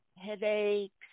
headaches